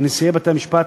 של נשיאי בתי-המשפט,